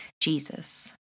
Jesus